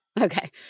Okay